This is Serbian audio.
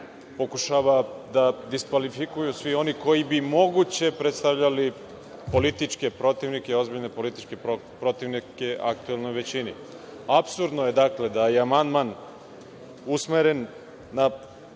pokušava da diskvalifikuju svi oni koji bi moguće predstavljali političke protivnike, ozbiljne političke protivnike aktuelnoj većini. Apsurdno je da je amandman usmeren na